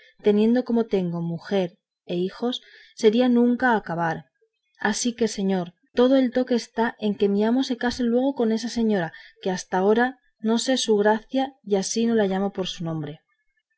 teniendo como tengo mujer y hijos sería nunca acabar así que señor todo el toque está en que mi amo se case luego con esta señora que hasta ahora no sé su gracia y así no la llamo por su nombre